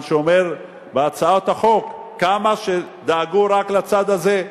אומר בהצעות החוק כמה דאגו רק לצד הזה.